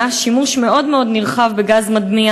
היה שימוש מאוד מאוד נרחב בגז מדמיע